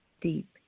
deep